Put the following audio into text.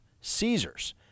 Caesars